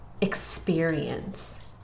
experience